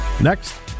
Next